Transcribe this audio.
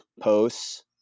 posts